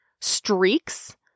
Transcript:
streaks